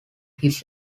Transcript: his